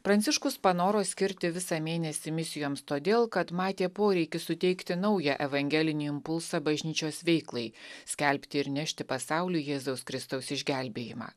pranciškus panoro skirti visą mėnesį misijoms todėl kad matė poreikį suteikti naują evangelinį impulsą bažnyčios veiklai skelbti ir nešti pasauliui jėzaus kristaus išgelbėjimą